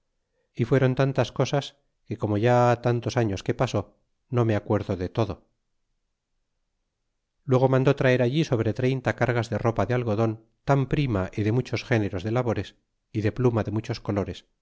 e fueron tantas cosas que como ha ya tantos años que pasa no me acuerdo de todo luego mandó traer allí sobre treinta cargas de ropa de algodon tan prima y de muchos géneros de labores y de pluma de muchas colores